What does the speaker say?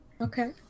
Okay